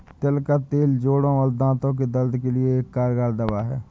तिल का तेल जोड़ों और दांतो के दर्द के लिए एक कारगर दवा है